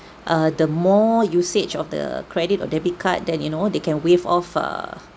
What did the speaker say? uh the more usage of the credit or debit card then you know they can waive off err